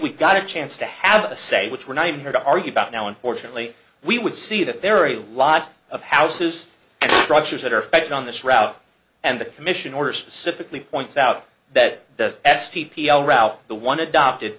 we got a chance to have a say which were nine here to argue about now unfortunately we would see that there are a lot of houses and structures that are affected on this route and the commission order specifically points out that the s t p l route the one adopted